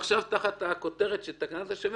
אבל עכשיו תחת הכותרת של "תקנת השבים"